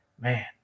man